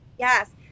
Yes